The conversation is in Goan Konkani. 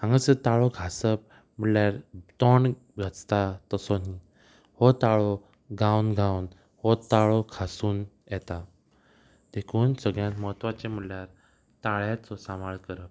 हांगासर ताळो घासप म्हळ्यार तोण घासता तसो न्ही हो ताळो गावन गावन हो ताळो घासून येता देखून सगळ्यांत म्हत्वाचें म्हळ्यार ताळ्याचो सांबाळ करप